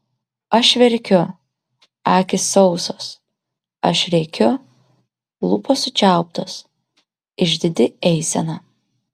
aš verkiu akys sausos aš rėkiu lūpos sučiauptos išdidi eisena